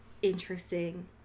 interesting